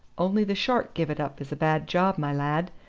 only the shark give it up as a bad job, my lad.